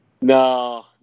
No